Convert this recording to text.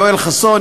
יואל חסון,